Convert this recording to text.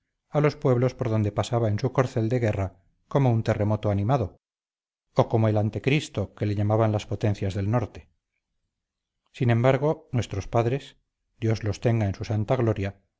a los pueblos por donde pasaba en su corcel de guerra como un terremoto animado o como el antecristo que le llamaban las potencias del norte sin embargo nuestros padres dios les tenga en su santa gloria lejos de odiarlo o de